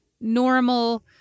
normal